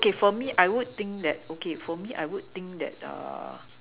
okay for me I would think that okay for me I would think that